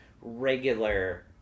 regular